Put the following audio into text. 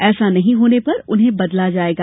ऐसा नहीं होने पर उन्हें बदला जायेगा